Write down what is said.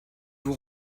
vous